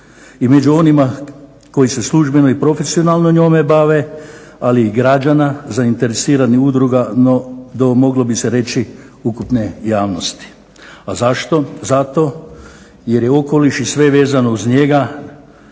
i među onima koji se službeno i profesionalno njome bave, ali i građana zainteresiranih udruga moglo bi se reći ukupne javnosti. A zašto? Zato jer okoliš i sve vezano uz njega